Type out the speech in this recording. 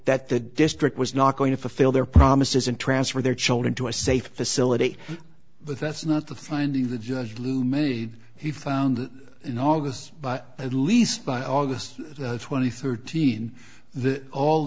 that the district was not going to fulfill their promises and transfer their children to a safe facility but that's not the finding of the judge lou many he found in august but at least by august twenty third teen